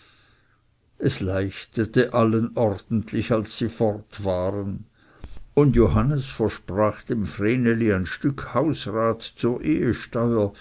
es leichtete allen ordentlich als sie fort waren und johannes versprach dem vreneli ein stück hausrat zur ehesteuer